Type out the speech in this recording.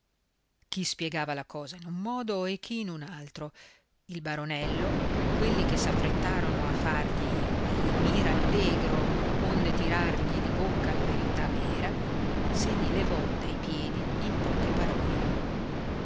gravi chi spiegava la cosa in un modo e chi in un altro il baronello quelli che s'affrettarono a fargli i mirallegro onde tirargli di bocca la verità vera se li levò dai piedi in poche parole